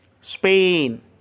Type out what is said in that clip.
Spain